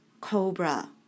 cobra